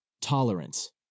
Tolerance